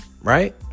Right